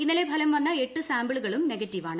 ഇന്നലെ ഫലം വന്ന എട്ടു സാമ്പിളുകളും നെഗറ്റീവാണ്